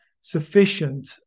sufficient